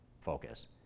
focus